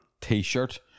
T-shirt